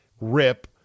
rip